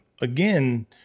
again